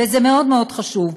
וזה מאוד מאוד חשוב,